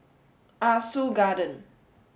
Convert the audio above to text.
Ah Soo Garden